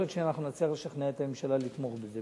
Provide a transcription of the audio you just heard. יכול להיות שאנחנו נצליח לשכנע את הממשלה לתמוך בזה,